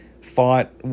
fought